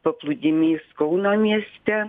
paplūdimys kauno mieste